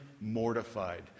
mortified